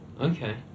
Okay